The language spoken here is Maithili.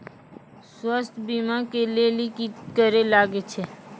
स्वास्थ्य बीमा के लेली की करे लागे छै?